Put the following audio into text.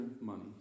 money